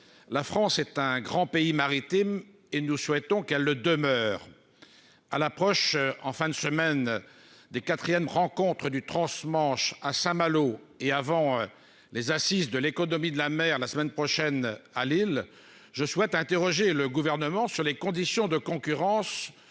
la France est un grand pays maritime et nous souhaitons qu'elle le demeure à l'approche en fin de semaine des quatrièmes rencontres du transmanche à Saint-Malo et avant les Assises de l'économie de la mer, la semaine prochaine à Lille, je souhaite interroger le gouvernement sur les conditions de concurrence